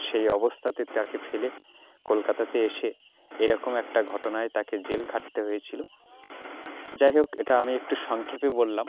সেই অবস্থাতে তাকে ফেলে কলকাতাতে এসে এরকম একটা ঘটনায় তাকে জেল খাটতে হয়েছিল যাই হোক এটা আমি একটু সংক্ষেপে বললাম